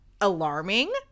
alarming